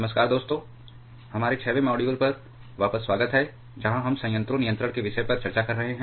नमस्कार दोस्तों हमारे 6 वें मॉड्यूल पर वापस स्वागत है जहां हम संयंत्रों नियंत्रण के विषय पर चर्चा कर रहे हैं